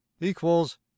equals